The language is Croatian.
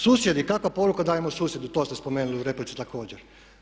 Susjedi, kakvu poruku dajemo susjedu, to ste spomenuli u replici također.